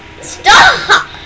Stop